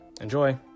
Enjoy